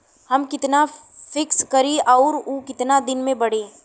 हम कितना फिक्स करी और ऊ कितना दिन में बड़ी?